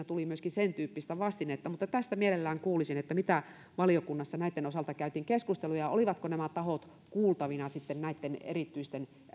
tuli myöskin sen tyyppistä vastinetta mutta tästä mielelläni kuulisin mitä keskustelua valiokunnassa näitten osalta käytiin ja olivatko nämä tahot sitten kuultavina näitten erityisten